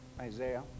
Isaiah